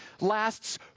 lasts